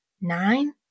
nine